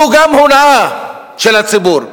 גם זו הונאה של הציבור.